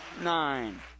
nine